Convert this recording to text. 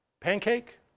pancake